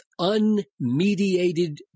unmediated